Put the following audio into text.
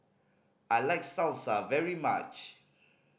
I like Salsa very much